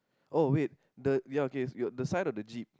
oh wait the ya okay your the side of the jeep